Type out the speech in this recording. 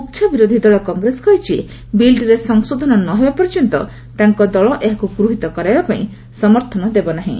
ମୁଖ୍ୟ ବିରୋଧୀ ଦଳ କଂଗ୍ରେସ କହିଛି ବିଲ୍ଟିରେ ସଂଶୋଧନ ନହେବା ପର୍ଯ୍ୟନ୍ତ ତାଙ୍କ ଦଳ ଏହାକୁ ଗୃହିତ କରାଇବା ପାଇଁ ସମର୍ଥନ ଦେବ ନାହିଁ